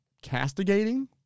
castigating